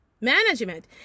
Management